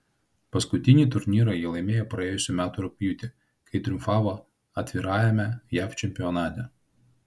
paskutinį turnyrą ji laimėjo praėjusių metų rugpjūtį kai triumfavo atvirajame jav čempionate